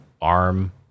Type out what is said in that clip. arm